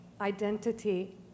identity